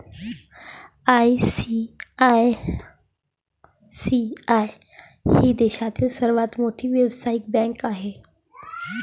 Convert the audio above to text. ICICI ही देशातील सर्वात मोठी व्यावसायिक बँक आहे